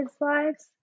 lives